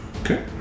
Okay